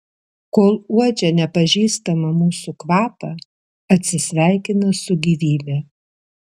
kol uodžia nepažįstamą mūsų kvapą atsisveikina su gyvybe